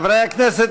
הכנסת,